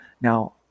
Now